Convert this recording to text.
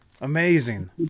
Amazing